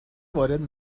وارد